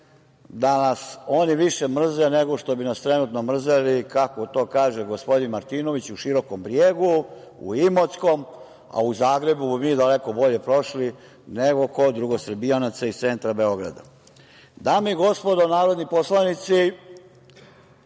da nas oni više mrze nego što bi nas trenutno mrzeli, kako to kaže gospodin Martinović, u Širokom brijegu, u Imotskom, a u Zagrebu bi mi daleko bolje prošli nego kod drugosrbijanaca iz centra Beograda. Dame i gospodo narodni poslanici,